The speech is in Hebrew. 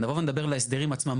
נבוא ונדבר על ההסדרים עצמם.